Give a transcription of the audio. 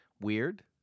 Weird